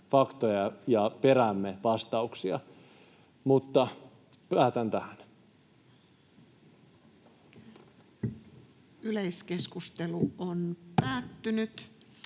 faktoja ja peräämme vastauksia. — Mutta päätän tähän. Ensimmäiseen käsittelyyn